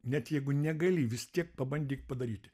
net jeigu negali vis tiek pabandyk padaryti